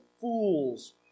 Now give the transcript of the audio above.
fool's